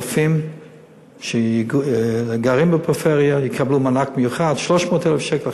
רופאים שגרים בפריפריה יקבלו מענק מיוחד של 300,000 שקל,